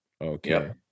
Okay